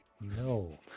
No